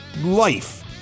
life